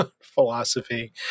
philosophy